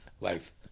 life